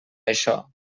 això